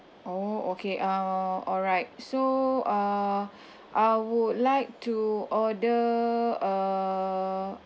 oh okay uh alright so uh I would like to order uh